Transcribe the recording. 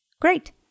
Great